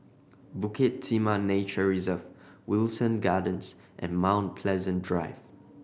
Bukit Timah Nature Reserve Wilton Gardens and Mount Pleasant Drive